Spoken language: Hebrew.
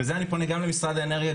וזה אני פונה גם למשרד האנרגיה,